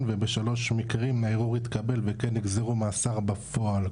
ובשלוש מקרים הערעור התקבל וכן נגזרו מאסר בפועל,